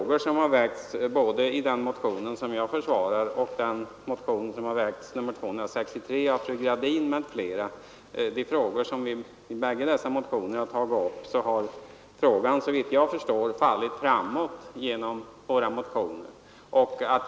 Genom den motion som jag försvarar och den motion som väckts av fru Gradin m.fl. — nr 263 — har frågan såvitt jag förstår fallit framåt.